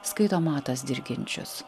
skaito matas dirginčius